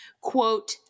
Quote